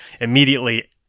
immediately